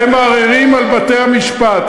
אתם מערערים על בתי-המשפט,